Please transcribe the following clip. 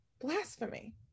blasphemy